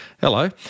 Hello